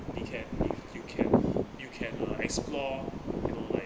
you can you can you can uh explore you know like